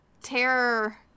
terror